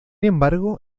embargo